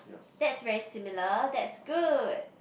that's very similar that's good